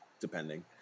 depending